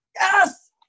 Yes